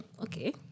okay